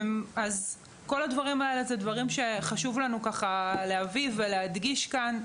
כל הדברים האלה הם דברים שחשוב לנו להביא ולהדגיש כאן.